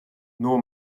nor